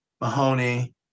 Mahoney